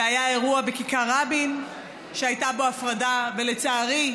והיה אירוע בכיכר רבין שהייתה בו הפרדה, ולצערי,